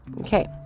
Okay